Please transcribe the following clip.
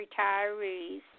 retirees